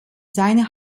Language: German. seiner